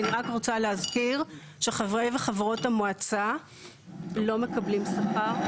אני רק רוצה להזכיר שחברי וחברות המועצה לא מקבלים שכר,